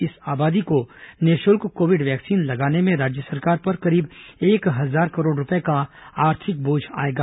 इस आबादी को निःशुल्क कोविड वैक्सीन लगाने में राज्य सरकार पर करीब एक हजार करोड़ रूपये का आर्थिक बोझ आएगा